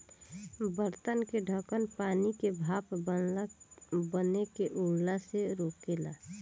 बर्तन के ढकन पानी के भाप बनके उड़ला से रोकेला